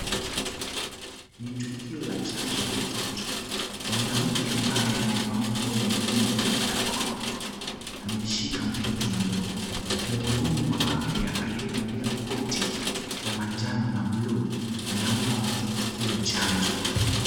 Ni tukio la chanjo ya mtoto. Mwanamke ambaye amevaa nguo nyekundu na barakoa ameshika mtoto mdogo. Mhudumu wa afya aliyevalia koti la manjano na bluu anampa mtoto huyo chanjo.